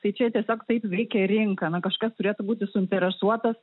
tai čia tiesiog taip veikia rinka na kažkas turėtų būti suinteresuotas